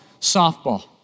softball